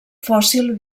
fòssil